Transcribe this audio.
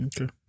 Okay